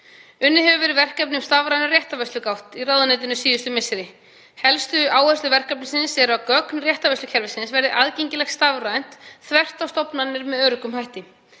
Unnið hefur verið verkefni um stafræna réttarvörslugátt í ráðuneytinu síðustu misseri. Helstu áherslur verkefnisins eru gögn réttarvörslukerfisins verði aðgengileg stafrænt, þvert á stofnanir, með öruggum hætti.